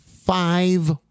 five